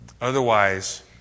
Otherwise